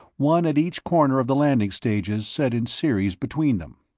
one at each corner of the landing stages set in series between them.